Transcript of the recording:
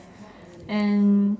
and